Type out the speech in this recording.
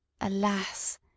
Alas